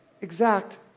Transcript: Exact